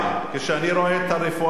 כשאני רואה את הרפואה,